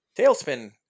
Tailspin